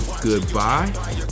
goodbye